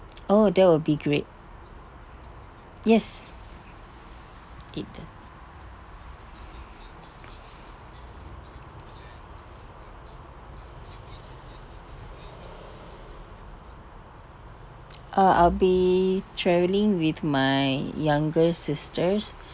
oh that will be great yes it does uh I'll be travelling with my younger sisters